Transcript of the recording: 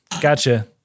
Gotcha